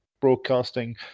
broadcasting